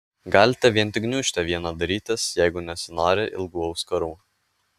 galite vien tik gniūžtę vieną darytis jeigu nesinori ilgų auskarų